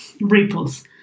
ripples